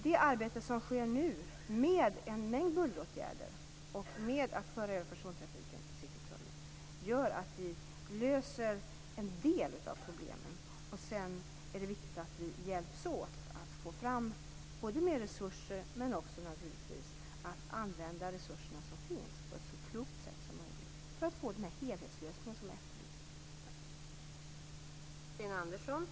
Det arbete som sker nu med en mängd bulleråtgärder och att föra över persontrafiken till Citytunneln gör att vi löser en del av problemen. Sedan är det viktigt att hjälpas åt att få fram mer resurser och att använda resurserna som finns på ett så klokt sätt som möjligt för att få den efterlysta helhetslösningen.